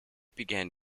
began